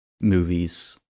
movies